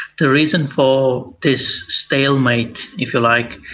the reason for this stalemate, if you like,